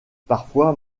parfois